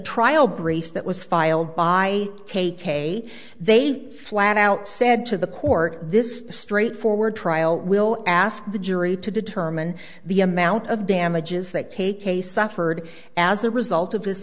trial brief that was filed by k k they'd flat out said to the court this straightforward trial will ask the jury to determine the amount of damages that k k suffered as a result of his